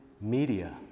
media